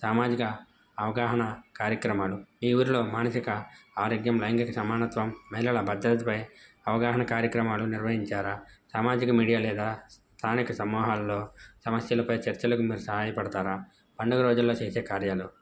సామాజిక అవగాహన కార్యక్రమాలు ఈ ఊరిలో మానసిక ఆరోగ్యం లైంగిక సమానత్వం మహిళల భధ్రతపై అవగాహన కార్యక్రమాలు నిర్వహించారా సామాజిక మీడియా లేదా స్థానిక సమూహాల్లో సమస్యలపై చర్చలకు మీరు సహాయపడతారా పండుగ రోజుల్లో చేసే కార్యాలు